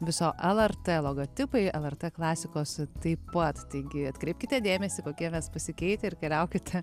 viso lrt logotipai lrt klasikos taip pat taigi atkreipkite dėmesį kokie mes pasikeitę ir keliaukite